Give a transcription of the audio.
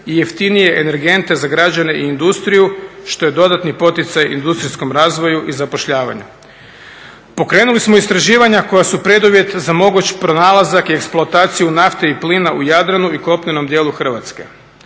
i jeftinije energente za građane i industriju što je dodatni poticaj industrijskom razvoju i zapošljavanju. Pokrenuli smo istraživanja koja su preduvjet za moguć pronalazak i eksploataciju nafte i plina u Jadranu i kopnenom dijelu Hrvatske.